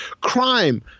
Crime